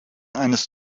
eines